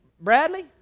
Bradley